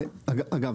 אגב,